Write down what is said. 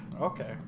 okay